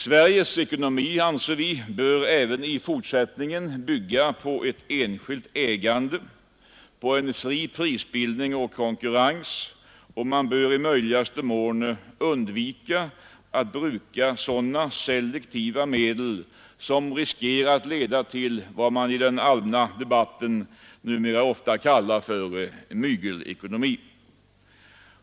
Sveriges ekonomi bör, anser vi, även i fortsättningen bygga på enskilt ägande, på en fri prisbildning och konkurrens, och man bör i möjligaste mån undvika att bruka sådana selektiva medel med vilka man riskerar att få vad som i den allmänna debatten numera ofta kallas för mygelekonomi.